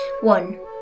one